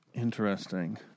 Interesting